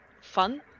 fun